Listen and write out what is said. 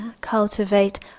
cultivate